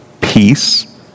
peace